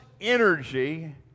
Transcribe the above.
energy